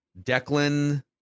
Declan